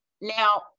Now